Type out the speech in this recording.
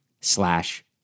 slash